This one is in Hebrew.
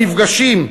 המפגשים,